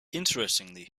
interestingly